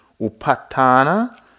Upatana